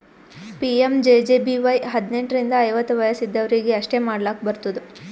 PMJJBY ಹದ್ನೆಂಟ್ ರಿಂದ ಐವತ್ತ ವಯಸ್ ಇದ್ದವ್ರಿಗಿ ಅಷ್ಟೇ ಮಾಡ್ಲಾಕ್ ಬರ್ತುದ